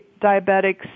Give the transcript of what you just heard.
diabetics